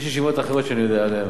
יש ישיבות אחרות שאני יודע עליהן.